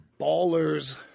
ballers